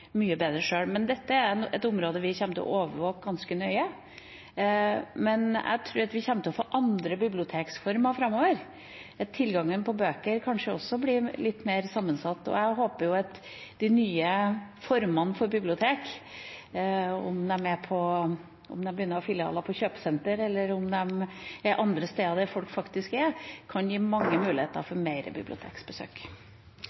mye bedre sjøl, men dette er et område vi kommer til å overvåke ganske nøye. Men jeg tror at vi kommer til å få andre bibliotekformer framover, at tilgangen på bøker kanskje også blir litt mer sammensatt. Jeg håper at de nye formene for bibliotek, om de begynner å ha filialer på kjøpesenter eller om de er andre steder der folk faktisk er, kan gi mange muligheter